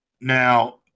Now